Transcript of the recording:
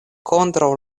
kontraŭ